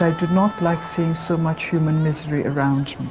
ah do not like seeing so much human misery around